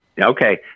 okay